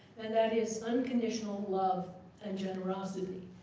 and that is unconditional love and generosity.